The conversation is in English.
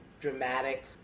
dramatic